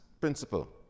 principle